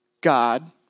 God